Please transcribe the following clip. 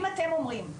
אם אתם אומרים,